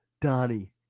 Donnie